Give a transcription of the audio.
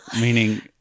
meaning